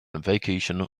vacation